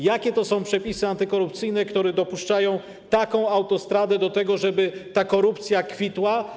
Jakie to są przepisy antykorupcyjne, które otwierają taką autostradę do tego, żeby ta korupcja kwitła?